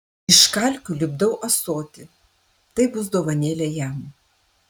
iš kalkių lipdau ąsotį tai bus dovanėlė jam